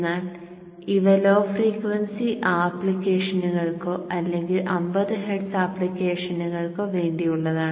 എന്നാൽ ഇവ low frequency ആപ്ലിക്കേഷനുകൾക്കോ അല്ലെങ്കിൽ 50 ഹെർട്സ് ആപ്ലിക്കേഷനുകൾക്കോ വേണ്ടിയുള്ളതാണ്